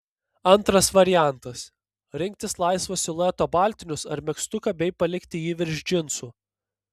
antras variantas rinktis laisvo silueto baltinius ar megztuką bei palikti jį virš džinsų